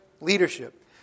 leadership